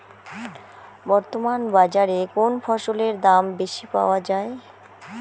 বর্তমান বাজারে কোন ফসলের দাম বেশি পাওয়া য়ায়?